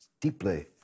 Deeply